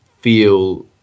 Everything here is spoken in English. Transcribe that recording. feel